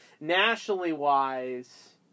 nationally-wise